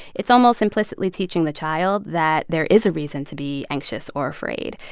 it's almost implicitly teaching the child that there is a reason to be anxious or afraid.